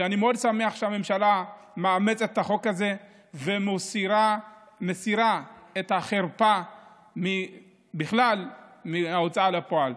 אני שמח מאוד שהממשלה מאמצת את החוק הזה ומסירה את החרפה מההוצאה לפועל.